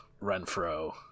Renfro